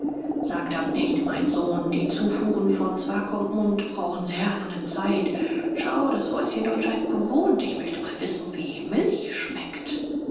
sage das nicht mein sohn die zufuhren von swakopmund brauchen sehr lange zeit schau das häuschen dort scheint bewohnt ich möchte mal wissen wie milch schmeckt